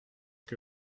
que